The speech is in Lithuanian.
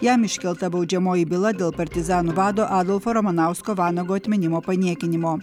jam iškelta baudžiamoji byla dėl partizanų vado adolfo ramanausko vanago atminimo paniekinimo